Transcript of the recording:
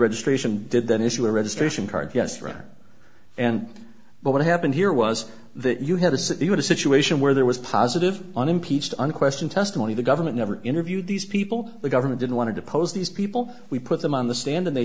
registration did then issue a registration card yes rather and but what happened here was that you had a city with a situation where there was positive unimpeached unquestioned testimony the government never interviewed these people the government didn't want to depose these people we put them on the stand and they